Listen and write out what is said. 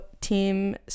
Team